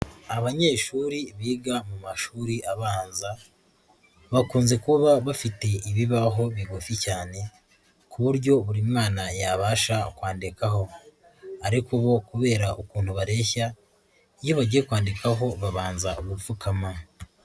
Abanyeshuri biga mu mashuri abanza bakunze kuba bafite ibibaho bigufi cyane, ku buryo buri mwana yabasha kwandikaho ariko bo kubera ukuntu bareshya iyo bagiye kwandikaho babanza gupfukama.